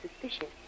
suspicious